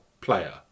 player